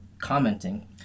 commenting